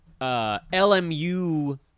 LMU